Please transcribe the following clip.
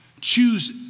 Choose